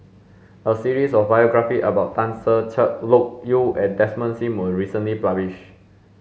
a series of biographies about Tan Ser Cher Loke Yew and Desmond Sim was recently published